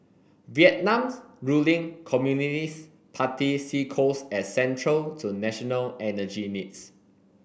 Vietnam's ruling Communist Party see coals as central to national energy needs